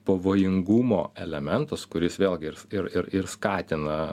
pavojingumo elementas kuris vėlgi ir ir ir ir skatina